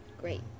Great